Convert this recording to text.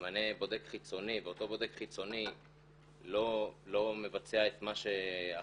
ממנה בודק חיצוני ואותו בודק חיצוני לא מבצע את מה שהאחראי,